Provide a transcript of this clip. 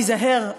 תיזהר,